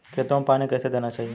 खेतों में पानी कैसे देना चाहिए?